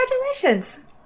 congratulations